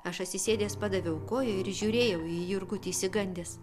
aš atsisėdęs padaviau koją ir žiūrėjau į jurgutį išsigandęs